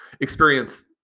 experience